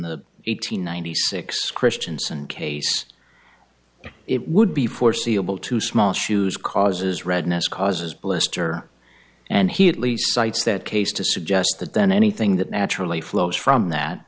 the eight hundred ninety six christianson case it would be forseeable too small shoes causes redness causes blister and he at least cites that case to suggest that then anything that naturally flows from that